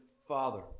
father